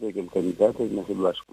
teikiam kandidatą ir nesiblaškom